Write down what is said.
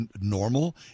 normal